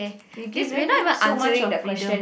we given you so much of freedom